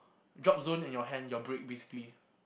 drop zone in you're hand you're break basically